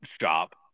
shop